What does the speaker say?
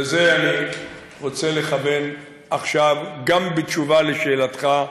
ואת זה אני רוצה לכוון עכשיו גם בתשובה על שאלתך,